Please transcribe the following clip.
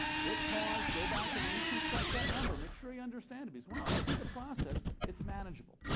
hit pause. go back and reconstruct that number. make sure you understand it because once you see the process, it's manageable.